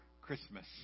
Christmas